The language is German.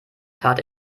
tat